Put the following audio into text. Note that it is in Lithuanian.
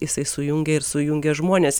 jisai sujungia ir sujungia žmones